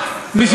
הוא לא,